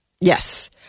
Yes